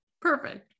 perfect